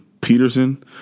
Peterson